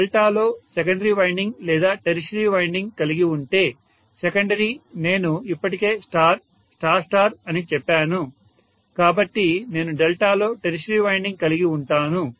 నేను డెల్టాలో secondary winding లేదా టెర్షియరీ వైండింగ్ కలిగి ఉంటే సెకండరీ నేను ఇప్పటికే స్టార్ స్టార్ స్టార్ అని చెప్పాను కాబట్టి నేను డెల్టాలో టెర్షియరీ వైండింగ్ కలిగి ఉంటాను